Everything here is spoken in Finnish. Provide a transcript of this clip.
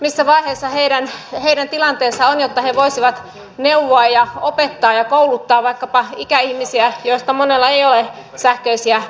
missä vaiheessa heidän tilanteensa on jotta he voisivat neuvoa opettaa ja kouluttaa vaikkapa ikäihmisiä joista monella ei ole sähköisiä tunnistautumisvälineitä